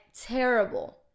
terrible